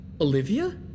Olivia